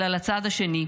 אלא לצד השני.